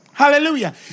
Hallelujah